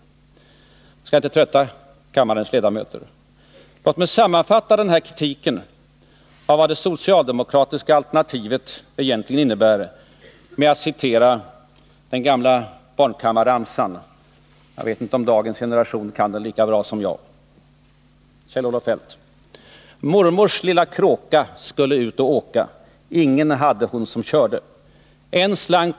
Men jag skall inte trötta kammarens ledamöter. Låt mig sammanfatta den här kritiken av vad det socialdemokratiska alternativet egentligen innebär med att citera den gamla barnkammarramsan — jag vet inte om dagens generation kan den lika bra som jag, Kjell-Olof Feldt: ingen hade hon som körde.